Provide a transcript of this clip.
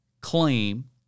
claim